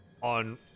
on